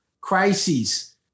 crises